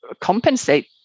compensate